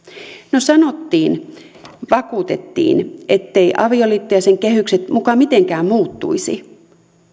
no sanottiin vakuutettiin etteivät avioliitto ja sen kehykset muka mitenkään muuttuisi